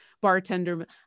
bartender